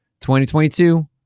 2022